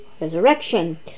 resurrection